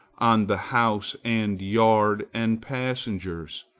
on the house and yard and passengers,